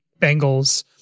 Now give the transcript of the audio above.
Bengals